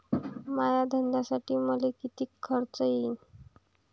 माया धंद्यासाठी मले कितीक कर्ज मिळनं?